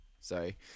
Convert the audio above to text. Sorry